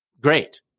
great